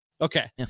Okay